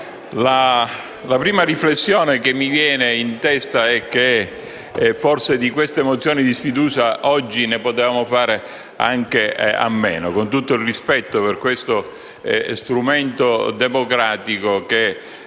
la prima riflessione che mi viene in mente è che forse di queste mozioni di sfiducia oggi potevamo fare anche a meno, con tutto il rispetto che ho per questo strumento democratico che